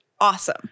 awesome